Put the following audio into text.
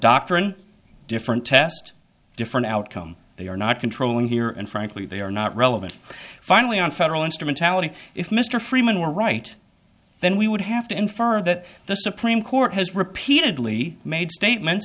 doctrine different test different outcome they are not controlling here and frankly they are not relevant finally on federal instrumentality if mr freeman were right then we would have to infer that the supreme court has repeatedly made statements